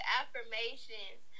affirmations